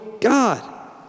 God